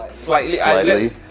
Slightly